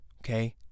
Okay